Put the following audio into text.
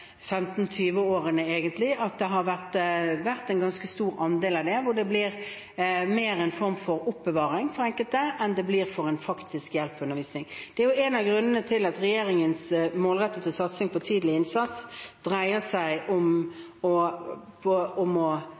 årene at det har vært en ganske stor slik andel, og det blir mer en form for oppbevaring for enkelte enn faktisk hjelpeundervisning. Det er en av grunnene til at regjeringens målrettede satsing på tidlig innsats dreier seg om å